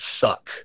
suck